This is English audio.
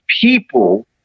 people